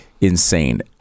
insane